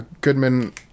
Goodman